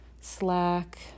slack